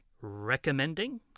Recommending